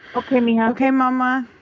okay, mija. okay, mama,